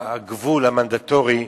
הגבול המנדטורי,